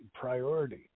priority